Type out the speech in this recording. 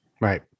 Right